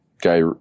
guy